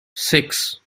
six